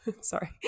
sorry